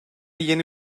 yeni